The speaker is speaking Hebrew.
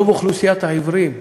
רוב אוכלוסיית העיוורים,